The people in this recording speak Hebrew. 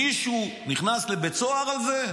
מישהו נכנס לבית סוהר על זה?